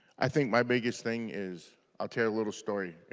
i think my biggest thing is ah to share a little story.